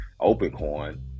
OpenCoin